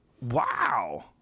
Wow